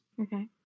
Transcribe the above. Okay